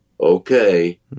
Okay